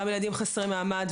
גם לילדים חסרי מעמד.